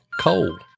coal